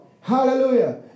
Hallelujah